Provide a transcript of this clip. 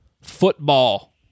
football